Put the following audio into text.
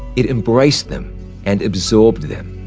it embraced them and absorbed them.